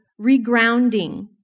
regrounding